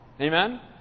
Amen